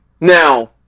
Now